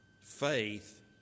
faith